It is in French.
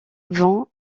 von